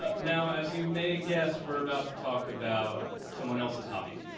ah now as you may guess, we're about to talk about someone else's hobby.